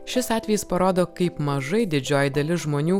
šis atvejis parodo kaip mažai didžioji dalis žmonių